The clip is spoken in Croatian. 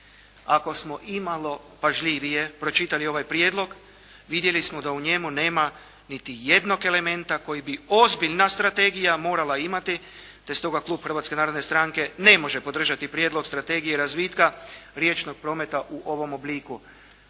Ako smo imalo pažljivije pročitali ovaj prijedlog, vidjelo smo da u njemu nema niti jednog elementa koji bi ozbiljna strategija morala imati, te stoga Klub Hrvatske narodne stranke ne može podržati prijedlog strategije razvitka riječnog prometa u ovom obliku.